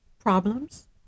problems